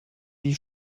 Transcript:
die